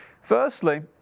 Firstly